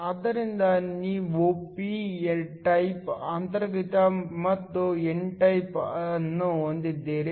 ಆದ್ದರಿಂದ ನೀವು P type ಅಂತರ್ಗತ ಮತ್ತು ಎನ್ ಟೈಪ್ ಅನ್ನು ಹೊಂದಿದ್ದೀರಿ